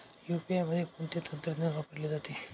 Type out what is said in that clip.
UPI मध्ये कोणते तंत्रज्ञान वापरले जाते?